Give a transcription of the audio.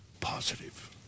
positive